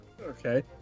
okay